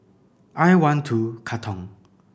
I One Two Katong